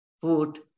food